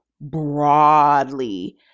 broadly